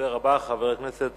הדובר הבא, חבר הכנסת